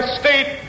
state